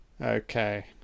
Okay